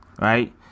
right